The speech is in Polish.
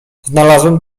znalazłem